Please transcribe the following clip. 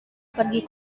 pergi